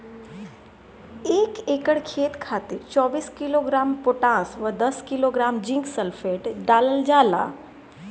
एक एकड़ खेत खातिर चौबीस किलोग्राम पोटाश व दस किलोग्राम जिंक सल्फेट डालल जाला?